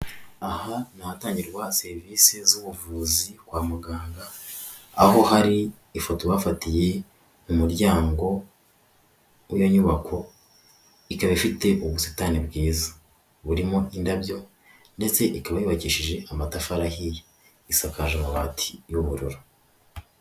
Aha ni ahatangirwa serivisi z'ubuvuzi kwa muganga, aho hari ifoto bafatiye mu muryango w'iyo nyubako, ikaba ifite ubusitaniye bwiza burimo indabyo ndetse ikaba yubakishije amatafari ahiye isakaje amabati y'ubururu.